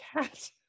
cat